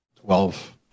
Twelve